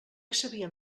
sabíem